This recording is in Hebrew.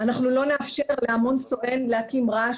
אנחנו לא רוצים להגיע לשם,